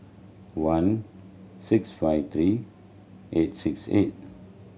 one six five three eight six eight